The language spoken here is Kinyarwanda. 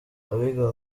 abiga